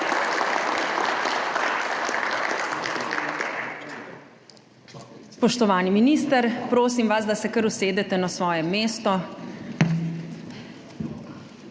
Spoštovani minister, prosim vas, da se kar usedete na svoje mesto.